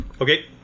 Okay